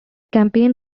campaign